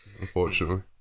unfortunately